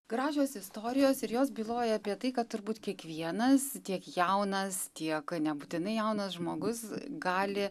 gražios istorijos ir jos byloja apie tai kad turbūt kiekvienas tiek jaunas tiek nebūtinai jaunas žmogus gali